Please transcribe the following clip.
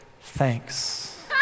thanks